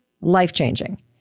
life-changing